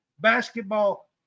basketball